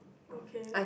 okay